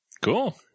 cool